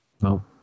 No